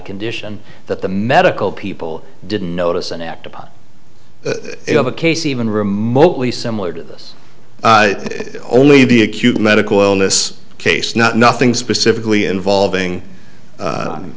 condition that the medical people didn't notice and act upon a case even remotely similar to this only the acute medical illness case not nothing specifically involving